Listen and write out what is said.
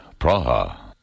Praha